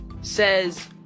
says